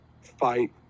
fight